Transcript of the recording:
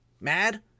mad